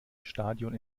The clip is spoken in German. stadion